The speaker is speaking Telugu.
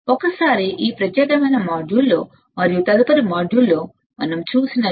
ఒకసారి ఈ ప్రత్యేకమైన మాడ్యూల్లో మరియు తదుపరి మాడ్యూల్లో మనం చూసినవి